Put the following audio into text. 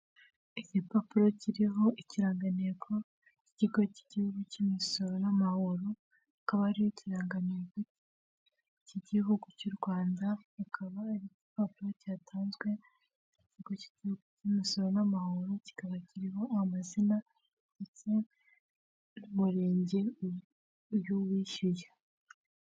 Igipapuro kiriho ikirangantego cy'ikigo cy'igihugu cy'imisoro n'amahoro, hakaba hariho ikirangantego cy'igihugu cy'u Rwanda, akaba ari igipapuro cyatanzwe n'ikigo cy'igihugu cy'imisoro n'amahoro, kikaba kiriho amazina n'umurenge y'uwishyuye.